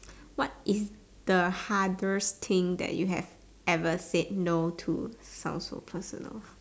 what is the hardest thing that you have ever said no to sounds so personal